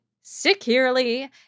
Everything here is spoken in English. securely